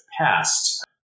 passed